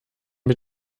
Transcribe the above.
mit